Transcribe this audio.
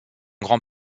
grand